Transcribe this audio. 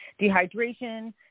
dehydration